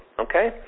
okay